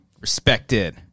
Respected